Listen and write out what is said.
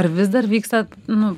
ar vis dar vyksta nu